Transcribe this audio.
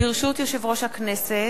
ברשות יושב-ראש הכנסת,